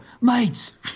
mates